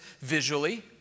visually